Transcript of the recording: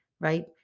right